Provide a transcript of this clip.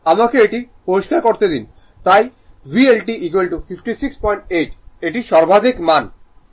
আমাকে এটি পরিষ্কার করতে দিন তাই VL t 568 এটি সর্বাধিক মান